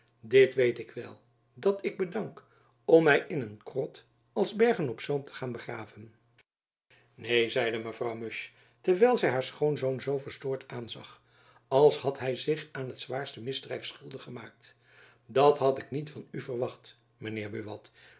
dit weet ik wel dat ik bedank om my in een krot als bergen-op-zoom te gaan begraven neen zeide mevrouw musch terwijl zy haar schoonzoon zoo verstoord aanzag als had hy zich aan het zwaarste misdrijf schuldig gemaakt dat had jacob van lennep elizabeth musch ik niet van u verwacht mijn heer buat